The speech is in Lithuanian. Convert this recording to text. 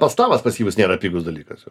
pas namas pasyvus nėra pigus dalykas jau